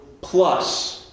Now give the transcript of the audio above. plus